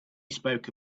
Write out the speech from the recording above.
spoke